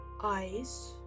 Eyes